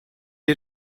est